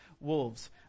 wolves